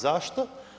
Zašto?